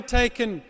taken